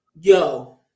Yo